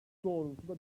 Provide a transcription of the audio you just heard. doğrultuda